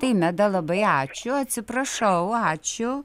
tai meda labai ačiū atsiprašau ačiū